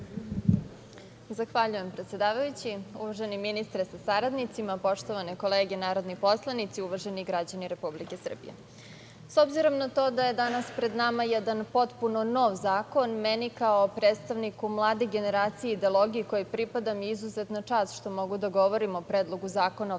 Zahvaljujem, predsedavajući. Uvaženi ministre sa saradnicima, poštovane kolege narodni poslanici, uvaženi građani Republike Srbije, s obzirom na to da je danas pred nama jedan potpuno nov zakon, meni kao predstavniku mlade generacije i ideologije kojoj pripadam je izuzetna čast što mogu da govorim o Predlogu zakona o